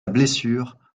blessure